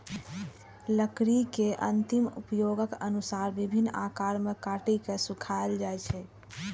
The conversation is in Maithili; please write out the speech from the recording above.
लकड़ी के अंतिम उपयोगक अनुसार विभिन्न आकार मे काटि के सुखाएल जाइ छै